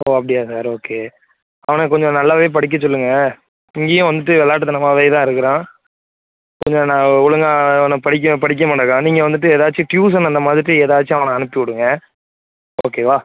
ஓ அப்படியா sir okay அவனை கொஞ்சம் நல்லாவே படிக்க சொல்லுங்கள் இங்கேயும் வந்துட்டு விளாட்டுத்தனமாவே தான் இருக்கிறான் கொஞ்சம் நான் ஒழுங்கா அவனை படிக்க படிக்க மாட்டேங்கிறான் நீங்கள் வந்துட்டு ஏதாச்சும் ட்யூஷன் அந்த மாதிரி ஏதாச்சும் அவனை அனுப்பி விடுங்க ஓகேவா